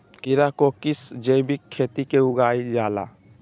खीरा को किस जैविक खेती में उगाई जाला?